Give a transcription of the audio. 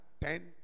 ten